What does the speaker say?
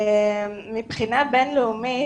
מבחינה בינלאומית,